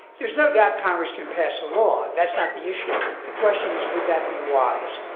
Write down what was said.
there's no doubt congress can pass a law. that's not the issue. the question is, would that be wise.